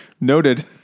noted